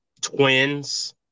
twins –